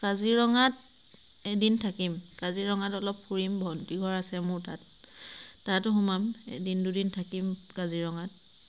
কাজিৰঙাত এদিন থাকিম কাজিৰঙাত অলপ ফুৰিম ভণ্টিঘৰ আছে মোৰ তাত তাতো সোমাম এদিন দুদিন থাকিম কাজিৰঙাত